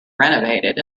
renovated